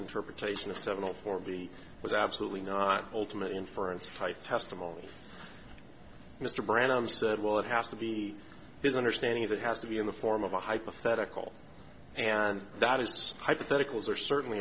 interpretation of seventy four b was absolutely not ultimate inference type testimony mr brennan said well it has to be his understanding that has to be in the form of a hypothetical and that is hypotheticals are certainly